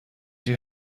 you